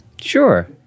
Sure